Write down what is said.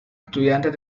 estudiantes